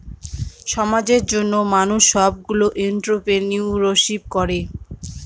সমাজের জন্য মানুষ সবগুলো এন্ট্রপ্রেনিউরশিপ করে